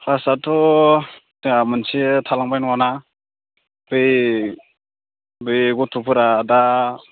क्लासआथ' दा मोनसे थालांबाय नङाना बे बै गथ'फोरा दा